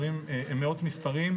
מאות מספרים.